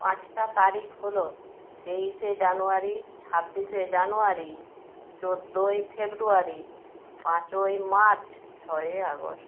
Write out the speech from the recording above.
পাঁচটা তারিখ হল তেইশে জানুয়ারি ছাব্বিশে জানুয়ারি চোদ্দই ফেব্রুয়ারি পাঁচই মার্চ ছয়ই আগস্ট